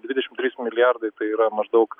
dvidešim trys milijardai tai yra maždaug